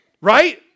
Right